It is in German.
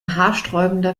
haarsträubender